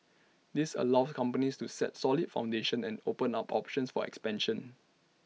this allows companies to set solid foundation and opens up options for expansion